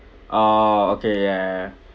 oh okay yeah